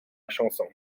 chanson